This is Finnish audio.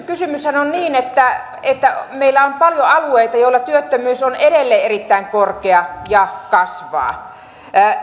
kysymyshän on siitä että meillä on paljon alueita joilla työttömyys on edelleen erittäin korkea ja kasvaa